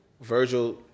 Virgil